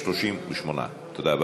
38. תודה.